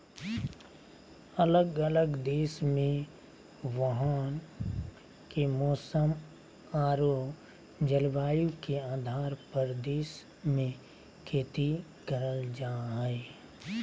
अलग अलग देश मे वहां के मौसम आरो जलवायु के आधार पर देश मे खेती करल जा हय